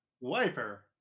wiper